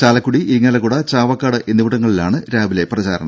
ചാലക്കുടി ഇരിങ്ങാലക്കുട ചാവക്കാട് എന്നിവിടങ്ങളിലാണ് രാവിലെ പ്രചാരണം